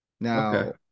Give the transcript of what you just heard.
now